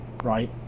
Right